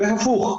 והפוך.